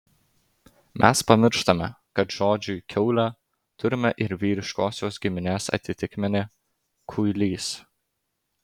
mes pamirštame kad žodžiui kiaulė turime ir vyriškosios giminės atitikmenį kuilys